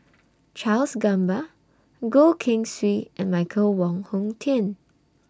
Charles Gamba Goh Keng Swee and Michael Wong Hong Teng